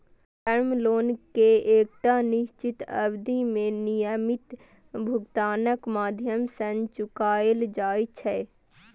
term loan कें एकटा निश्चित अवधि मे नियमित भुगतानक माध्यम सं चुकाएल जाइ छै